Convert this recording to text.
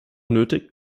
nötig